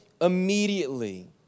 immediately